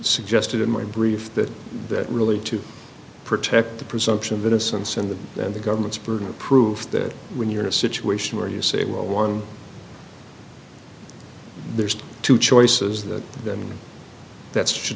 suggested in my brief that that really to protect the presumption of innocence in the in the government's burden of proof that when you're in a situation where you say well one there's two choices that then that's should